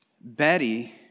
Betty